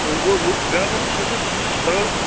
وٕ گوٚو وٕ زیادٕ پہمتھ تھٲیزیٚس سا